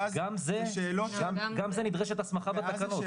גם זה נדרשת הסמכה בתקנות.